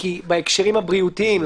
כי בהקשרים הבריאותיים,